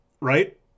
Right